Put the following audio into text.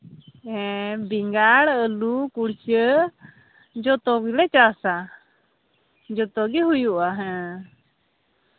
ᱦᱮᱸ ᱵᱮᱸᱜᱟᱲ ᱟᱹᱞᱩ ᱠᱩᱲᱪᱟᱹ ᱡᱚᱛᱚ ᱜᱮᱞᱮ ᱪᱟᱥᱼᱟ ᱡᱚᱛᱚᱜᱮ ᱦᱩᱭᱩᱜᱼᱟ ᱦᱮᱸ